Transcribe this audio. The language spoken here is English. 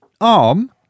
arm